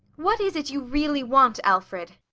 what is it you really want, alfred?